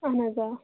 اَہَن حظ آ